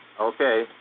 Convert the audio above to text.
Okay